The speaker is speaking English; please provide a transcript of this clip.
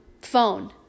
phone